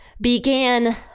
began